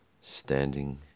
standing